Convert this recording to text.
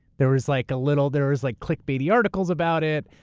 there was like a little. there was, like, clickbaity articles about it,